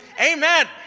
Amen